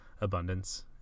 abundance